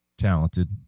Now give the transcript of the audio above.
talented